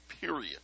Period